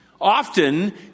Often